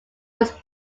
was